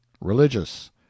RELIGIOUS